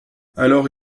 alors